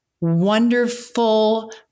wonderful